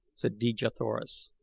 said dejah thoris.